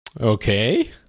Okay